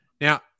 Now